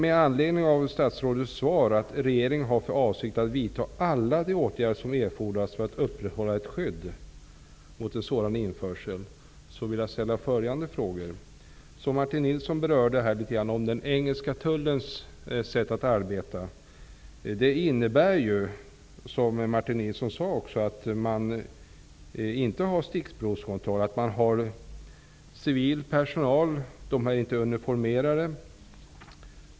I anledning av statsrådets svar, att regeringen har för avsikt att vidta alla de ågärder som erfordras för att upprätthålla ett skydd mot en sådan införsel, vill jag ställa följande frågor. Martin Nilsson talade om den engelska tullens sätt att arbeta. Man gör inte några stickprovskontroller. Man har civil personal som inte är uniformerad.